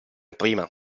prima